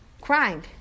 crying